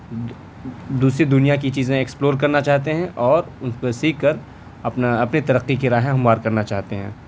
دو دوسری دنیا کی چیزیں ایکسپلور کرنا چاہتے ہیں اور ان کو سیکھ کر اپنا اپنی ترقی کی راہیں ہموار کرنا چاہتے ہیں